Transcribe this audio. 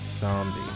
Zombie